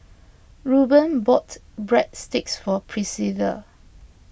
Ruben bought Breadsticks for Priscilla